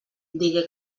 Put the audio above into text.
digué